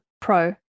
pro